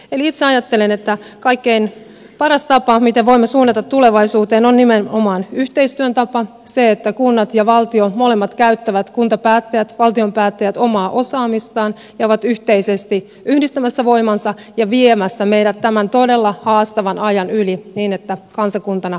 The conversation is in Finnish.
eli itse ajattelen että kaikkein paras tapa miten voimme suunnata tulevaisuuteen on nimenomaan yhteistyön tapa se että molemmat kunnat ja valtio kuntapäättäjät valtion päättäjät käyttävät omaa osaamistaan ja ovat yhteisesti yhdistämässä voimansa ja viemässä meidät tämän todella haastavan ajan yli niin että kansakuntana pärjäämme myös tulevaisuudessa